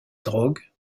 drogue